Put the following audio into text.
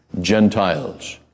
Gentiles